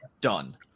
done